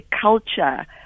culture